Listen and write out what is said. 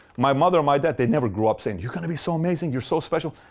my mother and my dad, they never grew up saying, you're going to be so amazing. you're so special.